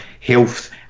health